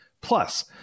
Plus